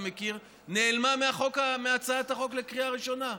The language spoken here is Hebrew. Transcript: נעלמה מהצעת החוק לקריאה הראשונה.